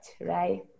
right